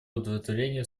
удовлетворение